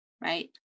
Right